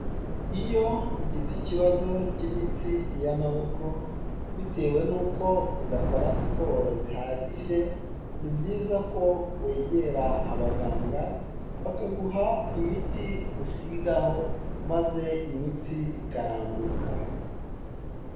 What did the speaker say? Iyo ugize ikibazo cy'imitsi y'amaboko, bitewe n'uko udakora siporo zihagije, ni byiza ko wegera abaganga bakaguha imiti usigaho maze imitsi ikarambuka.